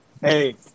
Hey